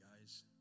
guys